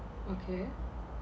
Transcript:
okay